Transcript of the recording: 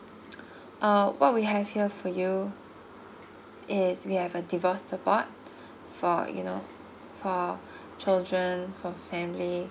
uh what we have here for you is we have a divorce support for you know for children for family